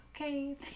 okay